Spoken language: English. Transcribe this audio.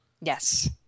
Yes